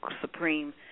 supreme